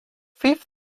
fifth